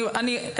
אני רוצה,